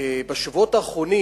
בשבועות האחרונים,